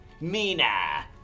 Mina